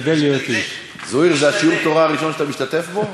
זוהיר, זה שיעור התורה הראשון שאתה משתתף בו?